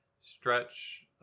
stretch